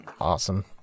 awesome